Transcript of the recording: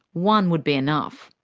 one would be enough.